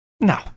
No